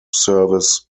service